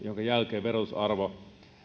minkä jälkeen verotusarvo